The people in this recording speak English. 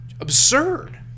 absurd